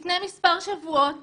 לפני מספר שבועות